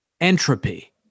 entropy